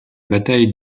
bataille